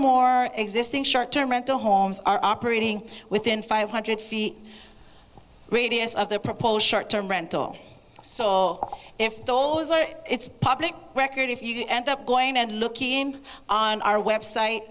more existing short term rental homes are operating within five hundred feet radius of their proposed short term rental so if those are it's public record if you end up going and looking on our website